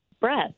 breath